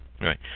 Right